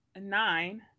nine